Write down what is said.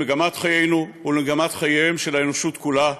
למגמת חיינו ולמגמת חייה של האנושות כולה,